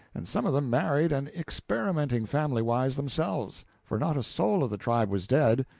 and some of them married and experimenting familywise themselves for not a soul of the tribe was dead!